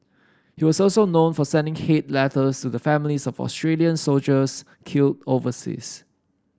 he was also known for sending hate letters to the families of Australian soldiers killed overseas